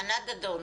ענת, בבקשה.